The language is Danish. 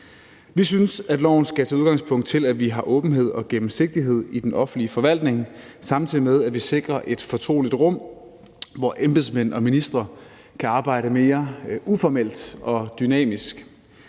Vi synes, at loven skal tage udgangspunkt i, at vi har åbenhed og gennemsigtighed i den offentlige forvaltning, samtidig med at vi sikrer et fortroligt rum, hvor embedsmænd og ministre kan arbejde mere uformelt og dynamisk.